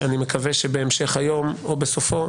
אני מקווה שבהמשך היום או בסופו,